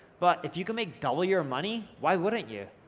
but if you can make double your money, why wouldn't you?